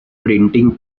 printing